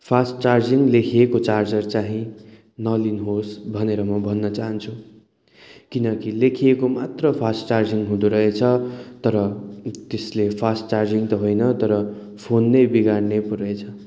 fast charging लेखिएको charger चाहिँ नलिनुहोस् भनेर म भन्न चाहन्छु किनकि लेखिएको मात्र फास्ट चार्जिङ हुँदोरहेछ तर त्यसले फास्ट चार्जिङ त होइन तर फोन नै बिगार्ने पो रहेछ